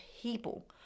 people